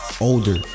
older